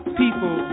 people